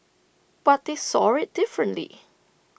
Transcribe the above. but they saw IT differently